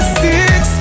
six